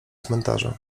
cmentarza